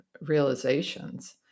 realizations